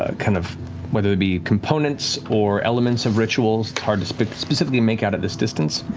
ah kind of whether they be components or elements of rituals, it's hard to specifically make out at this distance.